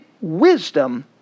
wisdom